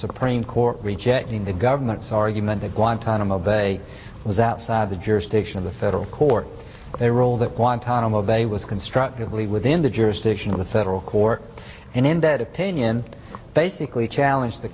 supreme court rejecting the government's argument the guantanamo bay was outside the jurisdiction of the federal court a role that one time of a was constructively within the jurisdiction of the federal court and in that opinion basically challenge the